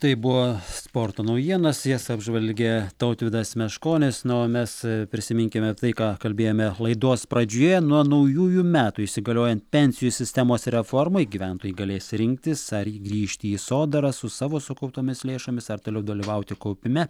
tai buvo sporto naujienos jas apžvelgė tautvydas meškonis na o mes prisiminkime tai ką kalbėjome laidos pradžioje nuo naujųjų metų įsigaliojant pensijų sistemos reformai gyventojai galės rinktis ar grįžti į sodrą su savo sukauptomis lėšomis ar toliau dalyvauti kaupime